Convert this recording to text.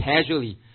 casually